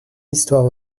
histoire